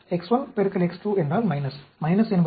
X1 X2 என்றால் என்பது